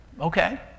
okay